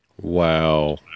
Wow